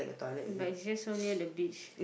but it's just so near the beach